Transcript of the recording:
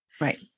right